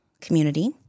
community